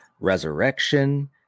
Resurrection